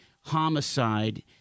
homicide